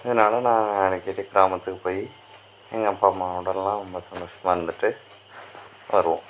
இதனால நான் அடிக்கடி கிராமத்துக்கு போய் எங்கள் அப்பா அம்மாவோடலாம் ரொம்ப சந்தோசமாக இருந்துட்டு வருவோம்